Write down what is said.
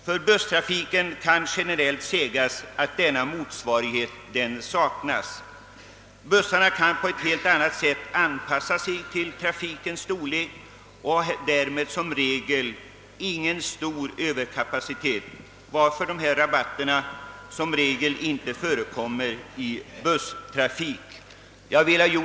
För busstrafiken kan generellt sägas att denna motsvarighet saknas. Bussarna kan på ett helt annat sätt anpassa sig till trafikens storlek och har därför ingen stor överkapacitet, varför dessa rabatter som regel inte förekommer vid busstrafik.